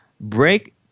Break